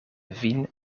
vin